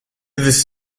this